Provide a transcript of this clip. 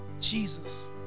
Jesus